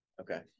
Okay